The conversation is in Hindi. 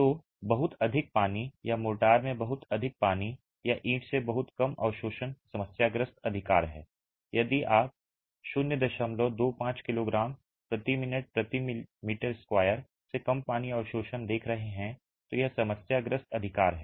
तो बहुत अधिक पानी या तो मोर्टार में बहुत अधिक पानी या ईंट से बहुत कम अवशोषण समस्याग्रस्त अधिकार है और यदि आप 025 किलोग्राम मिनट मी 2 से कम पानी अवशोषण देख रहे हैं तो यह समस्याग्रस्त अधिकार है